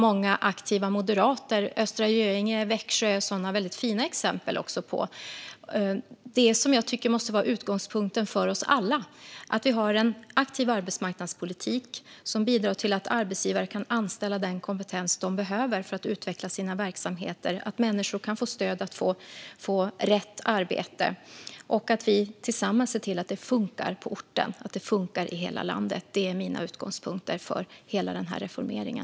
Många aktiva moderater i Östra Göinge och Växjö är väldigt fina exempel på det som jag tycker måste vara utgångspunkten för oss alla. Att vi har en aktiv arbetsmarknadspolitik som bidrar till att arbetsgivare kan anställa den kompetens som de behöver för att utveckla sina verksamheter, att människor kan få stöd för att få rätt arbete och att vi tillsammans ser till att det funkar på orten och i hela landet är mina utgångspunkter för hela den här reformeringen.